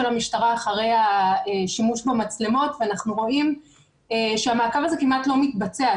המשטרה אחרי השימוש במצלמות ואנחנו רואים שהמעקב הזה כמעט שלא מתבצע.